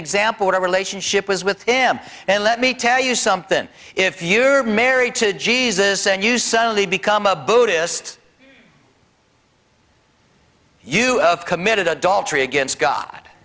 our relationship was with him and let me tell you something if you are married to jesus and you suddenly become a buddhist you committed adultery against god